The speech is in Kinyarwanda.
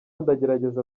ndagerageza